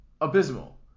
abysmal